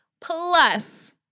Plus